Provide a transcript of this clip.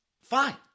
Fine